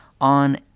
on